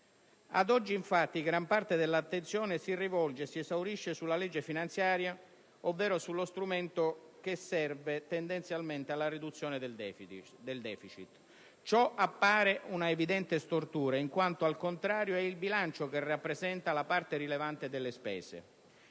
Ad oggi infatti gran parte dell'attenzione si rivolge e si esaurisce sulla legge finanziaria, ovvero sullo strumento che serve tendenzialmente alla riduzione del deficit. Ciò appare un'evidente stortura, in quanto, al contrario, è il bilancio che rappresenta la parte rilevante delle spese.